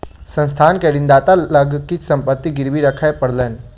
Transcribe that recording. संस्थान के ऋणदाता लग किछ संपत्ति गिरवी राखअ पड़लैन